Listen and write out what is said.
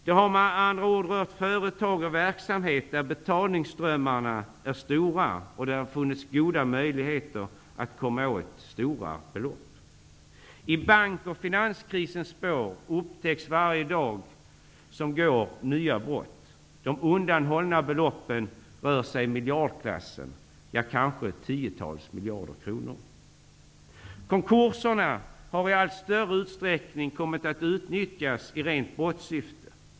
De har med andra ord rört företag och verksamheter där betalningsströmmarna är stora och där det har funnits goda möjligheter att komma åt stora belopp. I bank och finanskrisens spår upptäcks varje dag nya brott. De undanhållna beloppen ligger i miljardklassen. Det rör sig kanske om tiotals miljarder kronor. Konkurserna har i allt större utsträckning kommit att utnyttjas i rent brottssyfte.